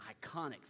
iconic